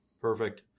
Perfect